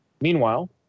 Meanwhile